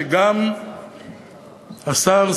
שגם השר,